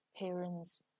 parents